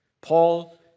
Paul